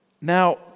Now